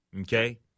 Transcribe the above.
okay